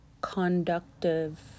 conductive